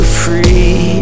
free